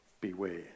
beware